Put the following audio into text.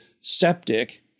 septic